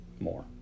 more